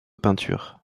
peinture